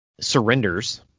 surrenders